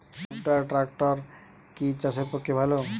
কুবটার ট্রাকটার কি চাষের পক্ষে ভালো?